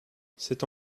c’est